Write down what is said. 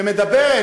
שמדברת,